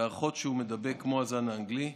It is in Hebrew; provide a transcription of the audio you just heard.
ההערכות הן שהוא מידבק כמו הזן האנגלי.